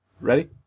Ready